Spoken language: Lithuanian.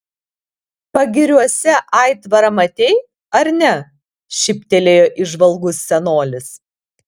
pagiriuose aitvarą matei ar ne šyptelėjo įžvalgus senolis